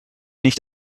nicht